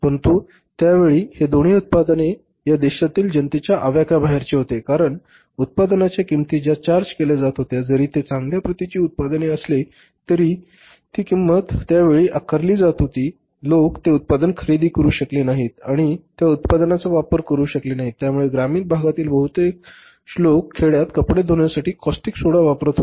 परंतु त्या वेळी हे दोन्ही उत्पादने या देशातील जनतेच्या आवाक्याबाहेरचे होते कारण उत्पादनाच्या किंमती ज्या चार्ज केल्या जात होत्या जरी ते चांगल्या प्रतिचे उत्पादने असली तरी जी किंमत त्या वेळी आकारली जात होती लोक ते उत्पादन खरेदी करू शकले नाहीत आणि त्या उत्पादनांचा वापर करू शकले नाही त्यामुळे ग्रामीण भागातील बहुतांश लोक खेड्यात कपडे धुण्यासाठी कास्टिक सोडा वापरत होते